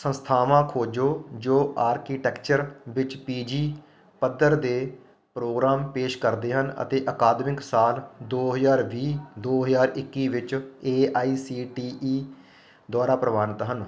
ਸੰਸਥਾਵਾਂ ਖੋਜੋ ਜੋ ਆਰਕੀਟੈਕਚਰ ਵਿੱਚ ਪੀ ਜੀ ਪੱਧਰ ਦੇ ਪ੍ਰੋਗਰਾਮ ਪੇਸ਼ ਕਰਦੇ ਹਨ ਅਤੇ ਅਕਾਦਮਿਕ ਸਾਲ ਦੋ ਹਜ਼ਾਰ ਵੀਹ ਦੋ ਹਜ਼ਾਰ ਇੱਕੀ ਵਿੱਚ A I C T E ਦੁਆਰਾ ਪ੍ਰਵਾਨਿਤ ਹਨ